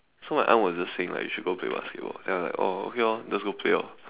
so my aunt was just saying like you should go play basketball then I like oh okay orh just go play orh